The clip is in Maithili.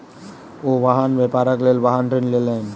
ओ वाहन व्यापारक लेल वाहन ऋण लेलैन